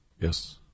Yes